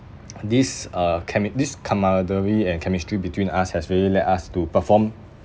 this uh cami~ this camaraderie and chemistry between us has really led us to perform